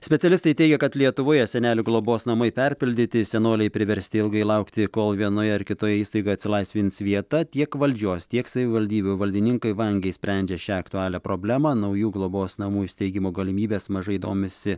specialistai teigia kad lietuvoje senelių globos namai perpildyti senoliai priversti ilgai laukti kol vienoje ar kitoje įstaigoj atsilaisvins vieta tiek valdžios tiek savivaldybių valdininkai vangiai sprendžia šią aktualią problemą naujų globos namų įsteigimo galimybės mažai domisi